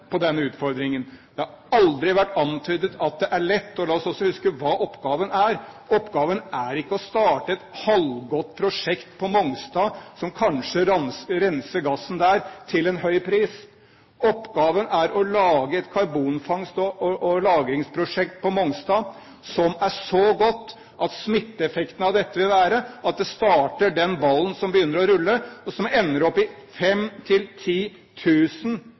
på denne utfordringen. Det har aldri vært antydet at det er lett. Og la oss også huske hva oppgaven er. Oppgaven er ikke å starte et halvgått prosjekt på Mongstad, som kanskje renser gassen der til en høy pris. Oppgaven er å lage et karbonfangst- og -lagringsprosjekt på Mongstad som er så godt at smitteeffekten av dette vil være at det starter den ballen som begynner å rulle, og som ender opp i